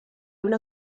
una